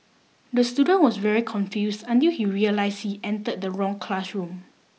the student was very confused until he realised he entered the wrong classroom